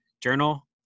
journal